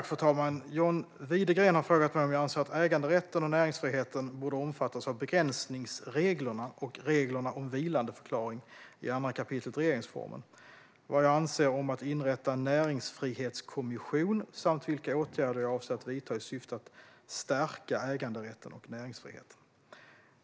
Fru talman! John Widegren har frågat mig om jag anser att äganderätten och näringsfriheten borde omfattas av begränsningsreglerna och reglerna om vilandeförklaring i 2 kap. regeringsformen, vad jag anser om att inrätta en näringsfrihetskommission samt vilka åtgärder jag avser att vidta i syfte att stärka äganderätten och näringsfriheten.